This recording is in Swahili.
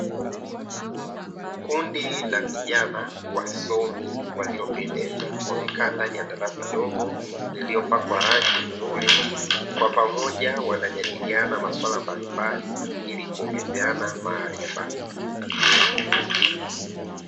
Kundi la vijana wasomi waliopendeza wamekaa ndani ya darasa dogo liliopakwa rangi nzuri, kwa pamoja wanajadiliana maswala mbalimbali ili kuongezeana maarifa.